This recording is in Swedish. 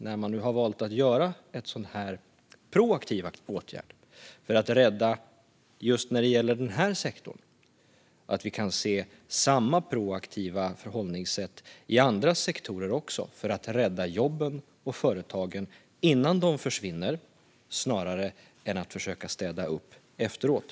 När man nu har valt att vidta en sådan här proaktiv åtgärd just när det gäller denna sektor hoppas vi moderater att vi kan få se samma proaktiva förhållningssätt också när det gäller andra sektorer för att rädda jobben och företagen innan de försvinner snarare än att försöka städa upp efteråt.